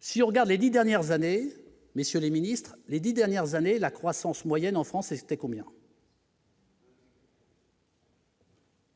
Si on regarde les 10 dernières années, messieurs les Ministres, les 10 dernières années, la croissance moyenne en France, c'était combien.